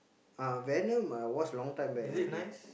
ah venom I watch long time back already